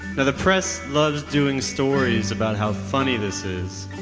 the the press loves doing stories about how funny this is.